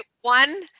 one